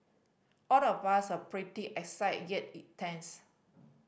all of us are pretty excited yet it tense